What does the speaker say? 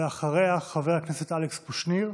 ואחריה, חבר הכנסת אלכס קושניר.